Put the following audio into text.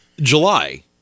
July